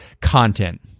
content